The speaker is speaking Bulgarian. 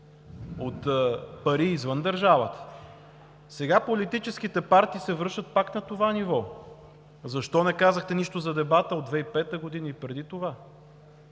от пари извън държавата. Сега политическите партии се връщат пак на това ниво. Защо не казахте нищо за дебата от 2005 г. и преди това?